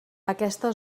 aquesta